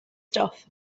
stuff